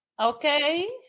Okay